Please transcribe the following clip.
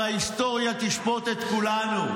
הרי ההיסטוריה תשפוט את כולנו,